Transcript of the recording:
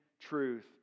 truth